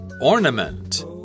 Ornament